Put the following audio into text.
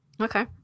Okay